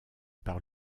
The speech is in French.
par